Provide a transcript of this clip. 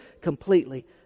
completely